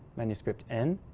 manuscript n